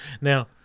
Now